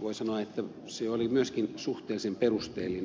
voi sanoa että se oli myöskin suhteellisen perusteellinen